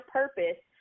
purpose